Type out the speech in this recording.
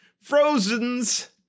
Frozen's